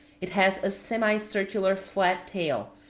it has a semicircular flat tail,